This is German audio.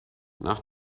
nach